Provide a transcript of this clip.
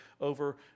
over